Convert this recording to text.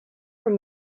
from